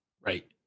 Right